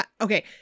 Okay